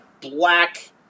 black